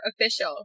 official